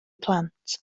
plant